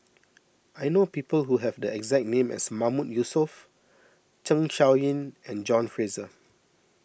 I know people who have the exact name as Mahmood Yusof Zeng Shouyin and John Fraser